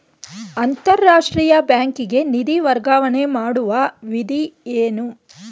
ಅಂತಾರಾಷ್ಟ್ರೀಯ ಬ್ಯಾಂಕಿಗೆ ನಿಧಿ ವರ್ಗಾವಣೆ ಮಾಡುವ ವಿಧಿ ಏನು?